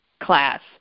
class